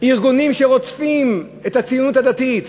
ארגונים שרודפים את הציונות הדתית,